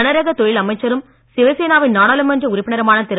கனரக தொழில் அமைச்சரும் சிவசேனாவின் நாடாளுமன்ற உறுப்பினருமான திரு